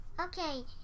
Okay